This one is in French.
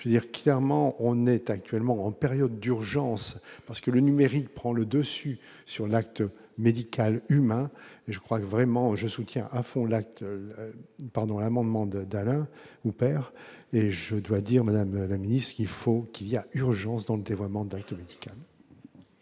je veux dire clairement on est actuellement en période d'urgence parce que le numérique prend le dessus sur l'acte médical et humain, mais je crois que vraiment je soutiens à fond l'acte, pardon, l'amendement de d'Alain Houpert et je dois dire, madame la ministre, il faut qu'il y a urgence dans des vraiment d'actualité